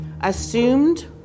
assumed